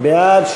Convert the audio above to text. בעד,